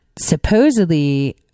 supposedly